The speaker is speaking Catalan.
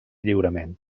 lliurement